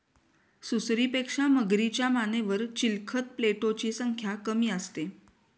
सुसरीपेक्षा मगरीच्या मानेवर चिलखत प्लेटोची संख्या कमी असते